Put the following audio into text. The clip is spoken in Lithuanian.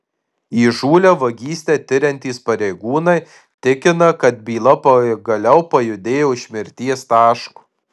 įžūlią vagystę tiriantys pareigūnai tikina kad byla pagaliau pajudėjo iš mirties taško